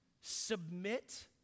submit